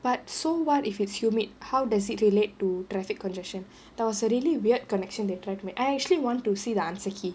but so what if it's humid how does it relate to traffic congestion that was a really weird connection they tried to make I actually want to see the answer key